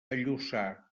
lluçà